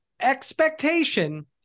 expectation